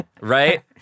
right